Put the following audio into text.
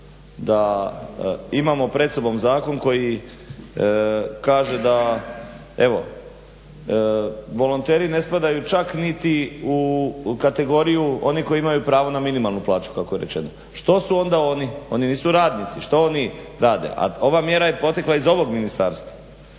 da imamo pred sobom zakon koji kaže da, evo volonteri ne spadaju čak niti u kategoriju onih koji imaju pravo na minimalnu plaću kako je rečeno. Što su onda oni, oni nisu radnici, što oni rade? A ova mjera je potekla iz ovog ministarstva.